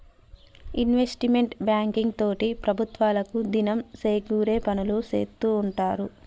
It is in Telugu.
ఇన్వెస్ట్మెంట్ బ్యాంకింగ్ తోటి ప్రభుత్వాలకు దినం సేకూరే పనులు సేత్తూ ఉంటారు